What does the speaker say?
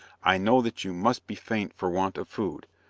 i know that you must be faint for want of food,